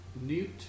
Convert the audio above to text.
Newt